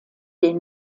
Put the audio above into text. den